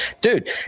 dude